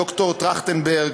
ד"ר טרכטנברג,